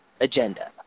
agenda